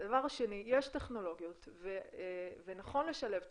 הדבר השני, יש טכנולוגיות ונכון לשלב טכנולוגיות,